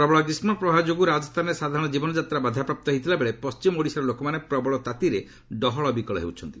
ପ୍ରବଳ ଗ୍ରୀଷ୍କ ପ୍ରବାହ ଯୋଗୁଁ ରାଜସ୍ଥାନରେ ସାଧାରଣ ଜୀବନଯାତ୍ରା ବାଧାପ୍ରାପ୍ତ ହୋଇଥିବା ବେଳେ ପଶ୍ଚିମ ଓଡ଼ିଶାର ଲୋକମାନେ ପ୍ରବଳ ତାତିରେ ଡହଳ ବିକଳ ହେଉଛନ୍ତି